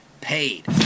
paid